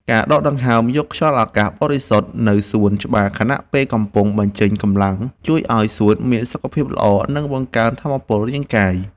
ការដកដង្ហើមយកខ្យល់អាកាសបរិសុទ្ធនៅសួនច្បារខណៈពេលកំពុងបញ្ចេញកម្លាំងជួយឱ្យសួតមានសុខភាពល្អ និងបង្កើនថាមពលរាងកាយ។